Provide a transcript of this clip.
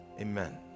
Amen